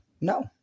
no